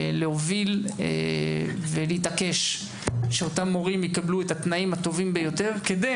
להוביל ולהתעקש שאותם מורים יקבלו את התנאים הטובים ביותר כדי